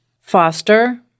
foster